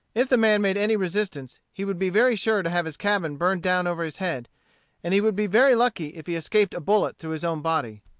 if the man made any resistance he would be very sure to have his cabin burned down over his head and he would be very lucky if he escaped a bullet through his own body.